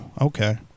okay